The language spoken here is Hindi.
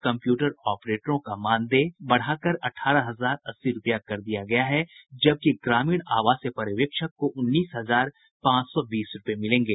कम्प्यूटर ऑपरेटरों का मानदेय बढ़ाकर अठारह हजार अस्सी रूपया कर दिया गया है जबकि ग्रामीण आवास पर्यवेक्षक को उन्नीस हजार पांच सौ बीस रूपये मिलेंगे